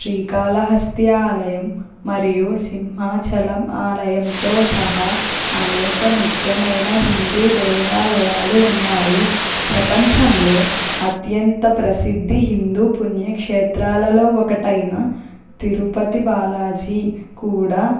శ్రీకాళహస్తి ఆలయం మరియు సింహాచలం ఆలయంతో సహా అనేక ముఖ్యమైన హిందూ దేవాలయాలు ఉన్నాయి ప్రపంచంలో అత్యంత ప్రసిద్ధి హిందూ పుణ్యక్షేత్రాలలో ఒకటైన తిరుపతి బాలాజీ కూడా